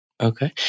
Okay